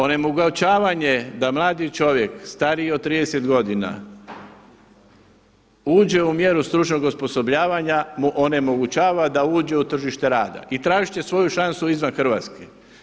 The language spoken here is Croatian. Onemogućavanje da mladi čovjek stariji od 30 godina uđe u mjeru stručnog osposobljavanja mu onemogućava da uđe u tržište rada i tražit će svoju šansu izvan Hrvatske.